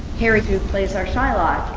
harry, who plays our shylock,